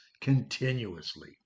continuously